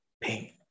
pain